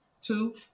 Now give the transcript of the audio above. Two